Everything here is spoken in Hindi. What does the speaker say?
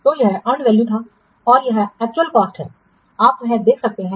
तो यह अर्नड वैल्यू था और यह एक्चुअल कॉस्ट है आप वह देख सकते हैं